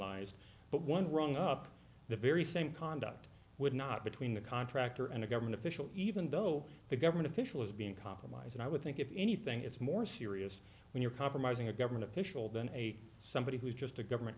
criminalized but one rung up the very same conduct would not between the contractor and a government official even though a government official is being compromised and i would think if anything it's more serious when you're compromising a government official than a somebody who's just a government